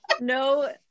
No